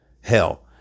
Hell